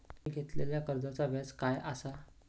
मी घेतलाल्या कर्जाचा व्याज काय आसा?